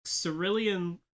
Cerulean